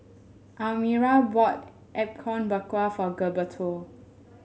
Elmyra bought Apom Berkuah for Gilberto